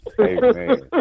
Amen